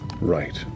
Right